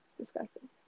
disgusting